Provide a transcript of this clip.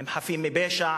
הן חפות מפשע.